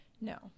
no